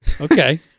Okay